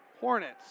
Hornets